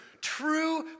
true